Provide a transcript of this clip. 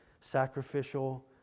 sacrificial